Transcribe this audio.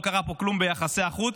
לא קרה פה כלום ביחסי החוץ,